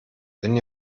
wenn